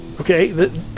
okay